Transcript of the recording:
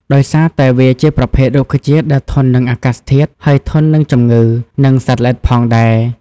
ដោយសារតែវាជាប្រភេទរុក្ខជាតិដែលធន់នឹងអាកាសធាតុ ហើយធន់នឹងជំងឺ និងសត្វល្អិតផងដែរ